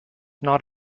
not